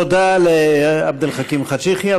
תודה לעבד אל חכים חאג' יחיא.